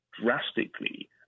drastically